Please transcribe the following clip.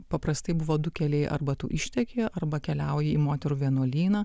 paprastai buvo du keliai arba tu išteki arba keliauji į moterų vienuolyną